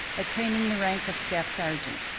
attaining the rank of staff sergeant.